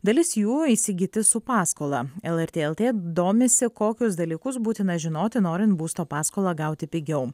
dalis jų įsigyti su paskola lrt lt domisi kokius dalykus būtina žinoti norin būsto paskolą gauti pigiau